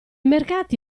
mercati